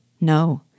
No